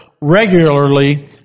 regularly